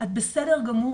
את בסדר גמור,